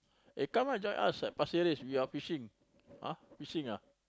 eh come ah join us at Pasir Ris we are fishing !huh! fishing ah